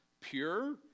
pure